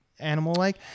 Animal-like